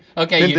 okay,